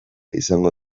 izango